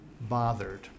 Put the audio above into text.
bothered